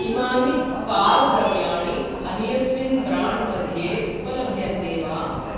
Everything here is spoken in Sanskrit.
इमानि कार् द्रव्याणि अन्यस्मिन् ब्राण्ड् मध्ये उपलभ्यन्ते वा